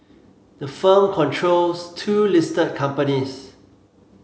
the firm controls two listed companies